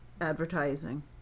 advertising